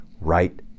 right